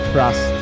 Trust